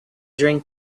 drink